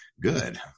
good